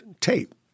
tape